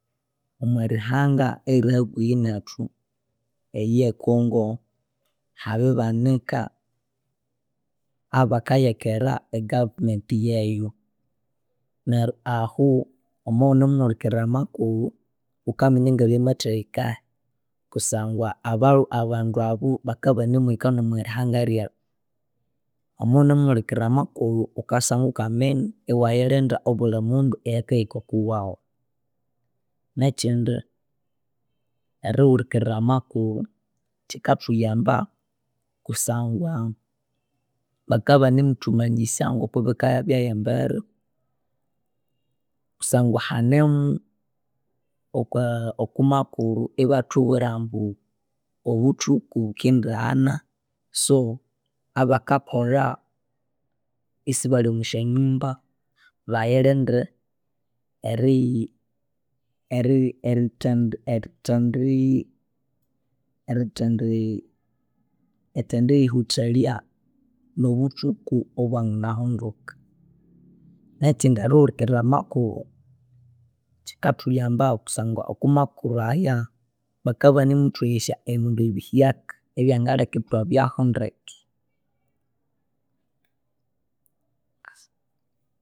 Omwerihanga eriri hakuhi nethu eye Congo habibanika abakayekera e government yeyu neru ahu wamawunemuhulikirira amakuru wukaminya ngabyamathahikahi kusangwa abalu abandu abu bakabanimuhika nomwarihanga ryethu. Wuma wunemuhulikirira amakuru wusangwe wukainya iwayilinda obuli mundu ayakahika okuwawu. Nekyindi erihulikiriraa amakuru kyikathuyamba kusangwa bakabanemu thumanyisya ngoku bikayabya embere kusangwa hanemu okwa okwamakuru ibathubwirambu obuthuku bukindi ghana so abakakolha isibali omwasyanyumba bayilinde eriyi erithendi yihuthalya nobuthuku obwanginahunduka. Nekyindi erihulikirira amakuru kyikathuyamba kusangwa okomakuru aya bakabanimuthwesya ebindu bihyaka ebyangaleka ithwabyahu ndeke